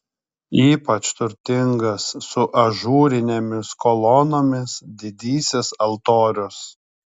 ypač turtingas su ažūrinėmis kolonomis didysis altorius